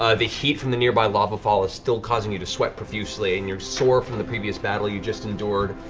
ah the heat from the nearby lava fall is still causing you to sweat profusely, and you're sore from the previous battle you just endured.